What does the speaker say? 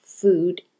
Food